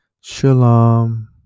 Shalom